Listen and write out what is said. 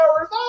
hours